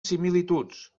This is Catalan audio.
similituds